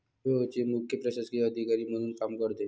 FAO चे मुख्य प्रशासकीय अधिकारी म्हणून काम करते